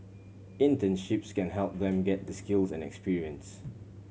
internships can help them get the skills and experience